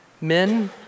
men